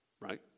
Right